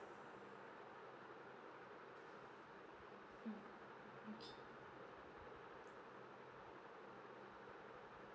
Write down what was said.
mm okay